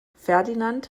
ferdinand